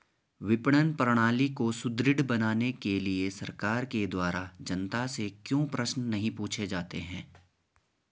विपणन प्रणाली को सुदृढ़ बनाने के लिए सरकार के द्वारा जनता से क्यों प्रश्न नहीं पूछे जाते हैं?